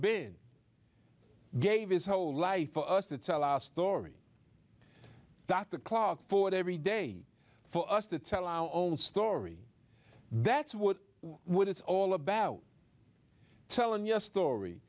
been gave his whole life for us to tell our story that the clock forward every day for us to tell our own story that's what would it's all about telling your story